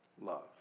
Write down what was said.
love